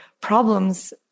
problems